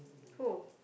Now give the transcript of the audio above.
who